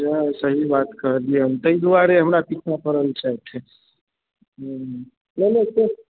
सएह सही बात कहलियै हम ताहि दुआरे हमरा पीछा पड़ल छथि हूँ